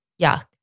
Yuck